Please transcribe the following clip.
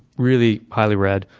really highly read.